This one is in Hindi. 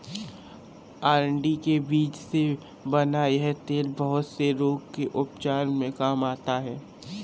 अरंडी के बीज से बना यह तेल बहुत से रोग के उपचार में काम आता है